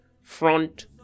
Front